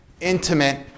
intimate